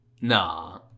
Nah